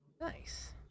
Nice